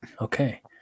Okay